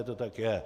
To tak je.